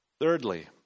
Thirdly